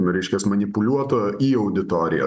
reiškias manipuliuotojo į auditoriją